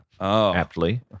aptly